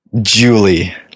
Julie